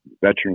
Veteran